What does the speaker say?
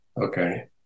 Okay